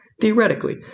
Theoretically